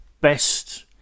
best